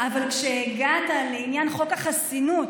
אבל כשהגעת לעניין חוק החסינות,